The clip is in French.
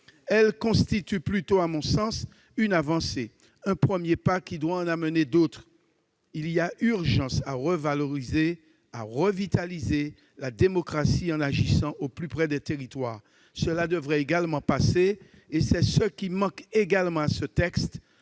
Elles constituent plutôt, à mon sens, une avancée, un premier pas qui doit en amener d'autres ! Il y a urgence à revaloriser, à revitaliser la démocratie en agissant au plus près des territoires. Cela devrait également passer, et c'est ce qui manque aussi à ce texte,